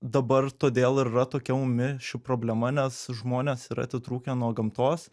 dabar todėl ir yra tokia ūmi ši problema nes žmonės yra atitrūkę nuo gamtos